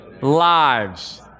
lives